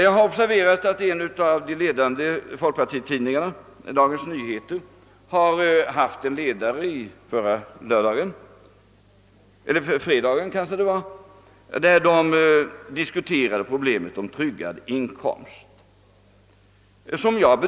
Jag har också observerat att en av de ledande folkpartitidningarna, nämligen Dagens Nyheter, i slutet av förra veckan hade en ledare i vilken man behandlade problemet om tryggad inkomst.